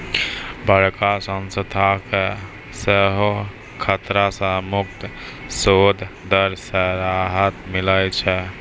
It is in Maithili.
बड़का संस्था के सेहो खतरा से मुक्त सूद दर से राहत मिलै छै